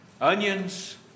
onions